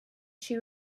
she